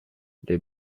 les